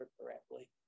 correctly